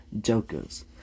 jokers